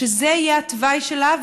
שזה יהיה התוואי שלה,